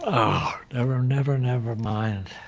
ah never, um never, never mind.